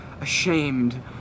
ashamed